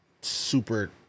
super